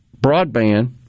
broadband